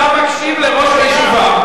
אתה מקשיב לראש הישיבה.